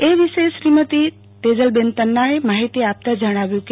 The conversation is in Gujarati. એ વિશે શ્રીમતિ તેજલ તન્નાએ માહિતી આપતા જણાવ્યું કે